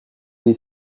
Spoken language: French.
des